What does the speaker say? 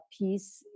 piece